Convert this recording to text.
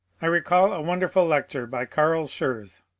i recall a wonderful lecture by carl schurz,